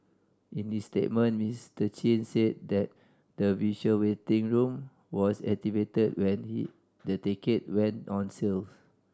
in his statement Mister Chin said that the virtual waiting room was activated when he the ticket went on sale